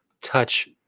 touch